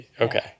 okay